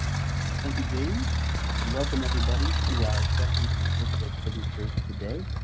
thank you, james. and welcome everybody to our session on digital signatures today.